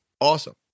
Awesome